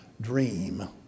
dream